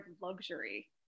luxury